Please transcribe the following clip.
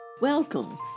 Welcome